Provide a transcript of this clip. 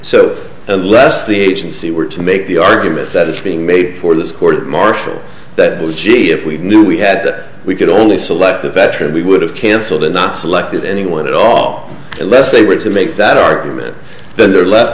so unless the agency were to make the argument that's being made for this court martial that was gee if we knew we had that we could only select the veteran we would have cancelled and not selected anyone at all unless they were to make that argument then they're left